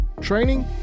training